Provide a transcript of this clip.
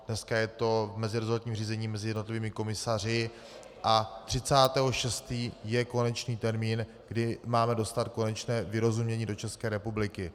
Dneska je to v meziresortním řízení mezi jednotlivými komisaři a 30. 6. je konečný termín, kdy máme dostat konečné vyrozumění do České republiky.